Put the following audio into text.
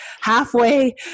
halfway